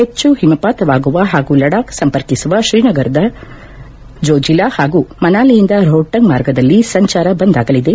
ಹೆಚ್ಚು ಹಿಮಪಾತವಾಗುವ ಹಾಗೂ ಲಡಾಕ್ ಸಂಪರ್ಕಿಸುವ ತ್ರೀನಗರದಿಂದ ಜೋಜೆಲಾ ಹಾಗು ಮನಾಲಿಯಿಂದ ರೋಷ್ಟಂಗ್ ಮಾರ್ಗದಲ್ಲಿ ಸಂಚಾರ ಬಂದ್ ಆಗಲಿದೆ